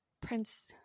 prince